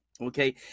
Okay